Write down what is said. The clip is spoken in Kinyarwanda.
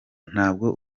ntabwo